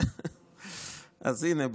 אז הינה,